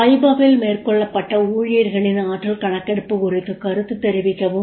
வைபவ் ல் மேற்கொள்ளப்பட்ட ஊழியர்களின் ஆற்றல் கணக்கெடுப்பு குறித்து கருத்துத் தெரிவிக்கவும்